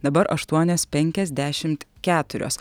dabar aštuonios penkiasdešimt keturios